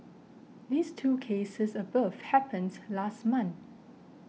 these two cases above happens last month